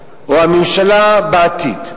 או הממשלה בעתיד,